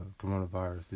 coronavirus